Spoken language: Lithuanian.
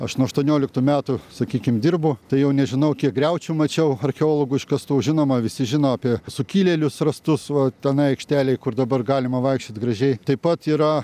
aš nuo aštuonioliktų metų sakykim dirbu tai jau nežinau kiek griaučių mačiau archeologų iškastų žinoma visi žino apie sukilėlius rastus va tenai aikštelėj kur dabar galima vaikščiot gražiai taip pat yra